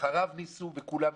אחריו ניסו, כולם ניסו.